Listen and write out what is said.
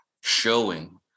showing